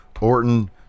Orton